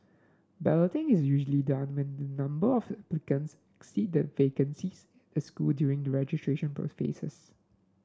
balloting is usually done when the number of applications exceed the vacancies at school during the registration phases